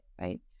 right